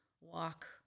walk